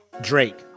Drake